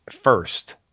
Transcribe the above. first